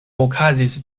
okazis